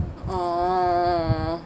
oh